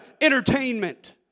entertainment